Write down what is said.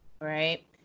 right